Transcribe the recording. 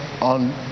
on